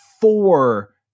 four